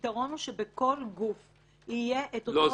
הפתרון הוא שבכל גוף יהיה אותו --- לא.